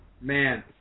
man